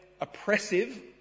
oppressive